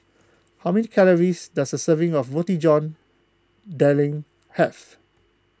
how many calories does a serving of Roti John Daging have